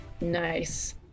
Nice